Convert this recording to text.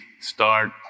start